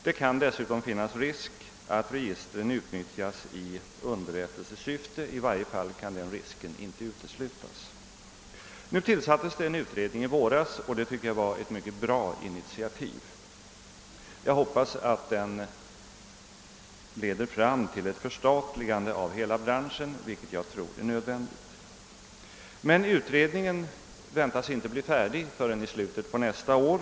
Det kan dessutom finnas risk för att registren utnyttjas i underrättelsesyfte. Nu tillsattes en utredning i våras vilket var ett mycket bra initiativ. Jag hoppas att denna leder fram till ett förstatligande av hela branschen, vilket jag tror är nödvändigt. Men utredningen väntas inte bli färdig förrän i slutet på nästa år.